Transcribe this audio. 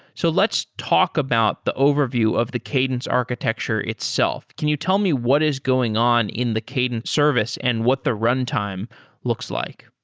so let's talk about the overview of the cadence architecture itself. can you tell me what is going on in the cadence service and what the runtime looks like?